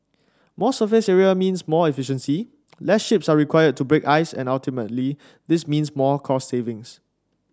more surface area means more efficiency lesser ships are required to break ice and ultimately this means more cost savings